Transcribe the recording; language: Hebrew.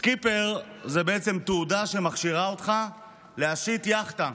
סקיפר זה בעצם תעודה שמכשירה אותך להשיט יאכטה.